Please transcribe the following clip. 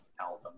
album